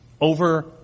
over